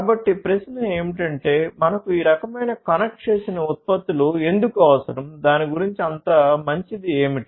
కాబట్టి ప్రశ్న ఏమిటంటే మనకు ఈ రకమైన కనెక్ట్ చేసిన ఉత్పత్తులు ఎందుకు అవసరం దాని గురించి అంత మంచిది ఏమిటి